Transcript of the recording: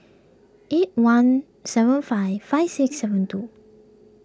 eight one seven five five six seven two